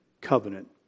covenant